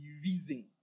reason